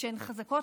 וכשהן חזקות,